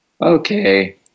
Okay